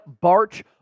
Barch